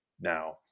now